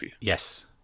yes